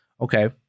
okay